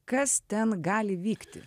kas ten gali vykti